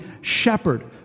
shepherd